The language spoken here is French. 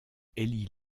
élit